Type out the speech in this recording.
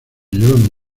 llevan